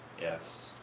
Yes